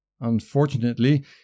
Unfortunately